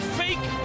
fake